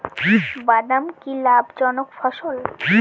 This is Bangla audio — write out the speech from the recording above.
বাদাম কি লাভ জনক ফসল?